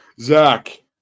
Zach